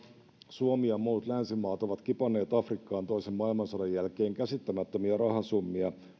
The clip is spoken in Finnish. suomi ja muut länsimaat ovat kipanneet afrikkaan toisen maailmansodan jälkeen käsittämättömiä rahasummia